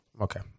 Okay